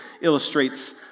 illustrates